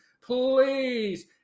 please